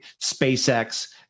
SpaceX